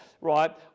right